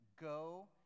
Go